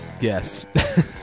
Yes